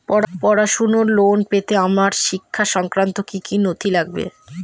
পড়াশুনোর লোন পেতে আমার শিক্ষা সংক্রান্ত কি কি নথি লাগবে?